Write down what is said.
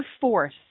force